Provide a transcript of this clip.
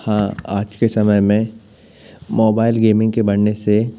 हाँ आज के समय में मोबाइल गेमिंग के बढ़ने से